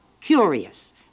curious